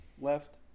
left